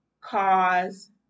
cause